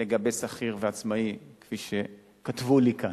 לגבי שכיר ועצמאי, כפי שכתבו לי כאן,